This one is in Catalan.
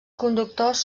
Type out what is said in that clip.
conductors